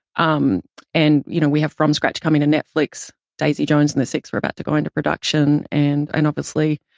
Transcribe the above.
um and, you know, we have from scratch coming to netflix, daisy jones and the six, we're about to go into production. and and obviously,